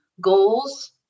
goals